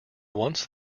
once